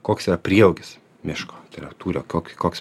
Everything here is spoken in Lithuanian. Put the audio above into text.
koks yra prieaugis miško tai yra tūrio koks